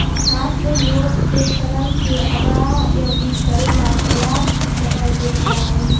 छात्र लोग के ऋण के अदायगी करेला पर्याप्त समय देल जा हई